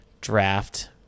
draft